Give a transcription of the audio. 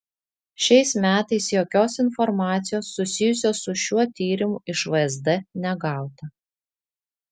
šiais metais jokios informacijos susijusios su šiuo tyrimu iš vsd negauta